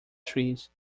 trees